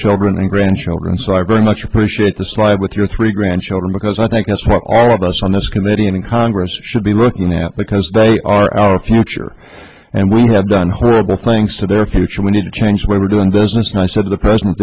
children and grandchildren so i bring much appreciate the slide with your three grandchildren because i think that's what all of us on this committee in congress should be looking at because they are our future and we have done horrible things to their future we need to change the way we're doing business and i said the president